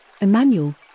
Emmanuel